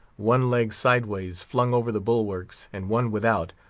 one leg sideways flung over the bulwarks, and one without,